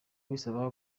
bisaba